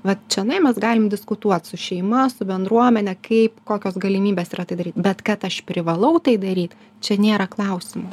vat čionai mes galim diskutuot su šeima su bendruomene kaip kokios galimybės yra tai daryt bet kad aš privalau tai daryt čia nėra klausimų